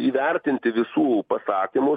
įvertinti visų pasakymus